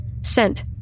Sent